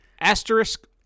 Asterisk